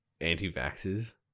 anti-vaxxers